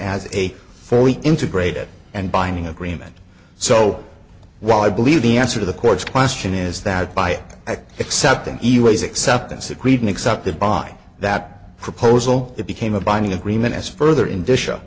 as a fully integrated and binding agreement so while i believe the answer to the court's question is that by accepting erase acceptance agreed and accepted by that proposal it became a binding agreement as further ind